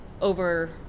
over